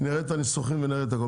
נראה את הניסוחים ואת הכל.